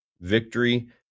victory